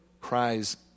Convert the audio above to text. cries